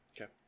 Okay